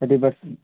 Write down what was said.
thirty percent